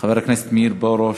חבר הכנסת מאיר פרוש,